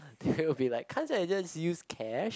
they will be like can't I just use cash